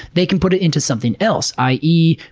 they can put it into something else, i e.